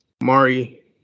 Mari